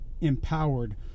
empowered